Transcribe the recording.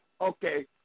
Okay